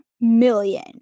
million